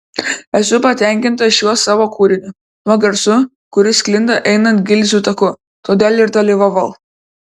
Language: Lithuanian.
esu patenkinta šiuo savo kūriniu tuo garsu kuris sklinda einant gilzių taku todėl ir dalyvavau